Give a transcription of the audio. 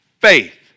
faith